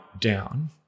down